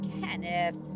Kenneth